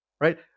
right